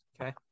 okay